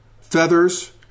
feathers